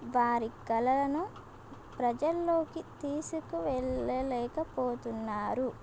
వారి కళలను ప్రజల్లోకి తీసుకు వెళ్ళలేకపోతున్నారు